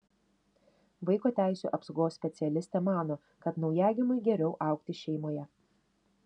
vaiko teisių apsaugos specialistė mano kad naujagimiui geriau augti šeimoje